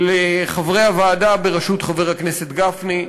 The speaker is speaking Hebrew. לחברי הוועדה בראשות חבר הכנסת גפני,